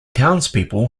townspeople